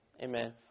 Amen